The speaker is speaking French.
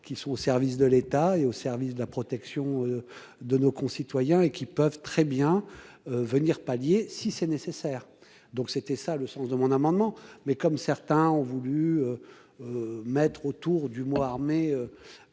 Qui sont au service de l'État et au service de la protection. De nos concitoyens et qui peuvent très bien venir pallier si c'est nécessaire. Donc, c'était ça le sens de mon amendement mais comme certains ont voulu. Mettre autour du mois armée.